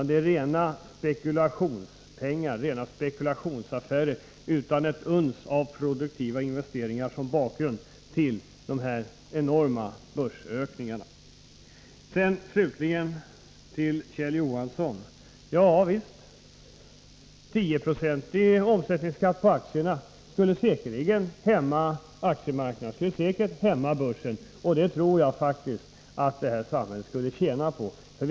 Det är rena spekulationsaffärer som bedrivs där. Det finns inte ett uns av produktiva investeringar som bakgrund till de enorma börsökningarna. Sedan slutligen några ord till Kjell Johansson: Ja visst — en 10-procentig omsättningsskatt på aktierna skulle säkerligen hämma aktiemarknaden, den skulle säkert också hämma börsen. Jag tror faktiskt att det här samhället skulle tjäna på det.